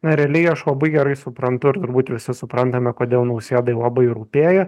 na realiai aš labai gerai suprantu ir turbūt visi suprantame kodėl nausėdai labai rūpėjo